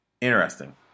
Interesting